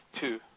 two